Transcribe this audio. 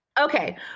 okay